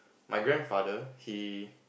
my grandfather he